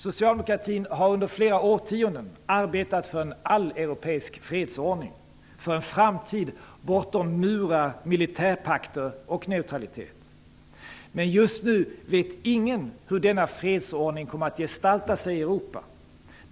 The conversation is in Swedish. Socialdemokratin har under flera årtionden arbetat för en alleuropeisk fredsordning, för en framtid bortom murar, militärpakter och neutralitet. Men just nu vet ingen hur denna fredsordning kommer att gestalta sig i Europa.